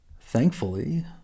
Thankfully